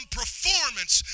performance